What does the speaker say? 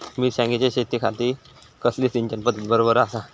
मिर्षागेंच्या शेतीखाती कसली सिंचन पध्दत बरोबर आसा?